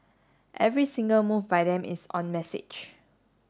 every single move by them is on message